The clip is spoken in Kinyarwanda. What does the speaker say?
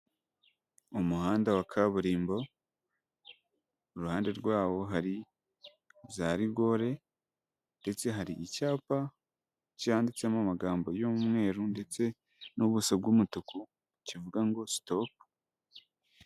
Umuhanda wa kaburimbo, iruhande rwawo hari byarigore ndetse hari icyapa, cyanditsemo amagambo y'umweru ndetse n'ubuso bw'umutuku, kivuga ngo sitopu.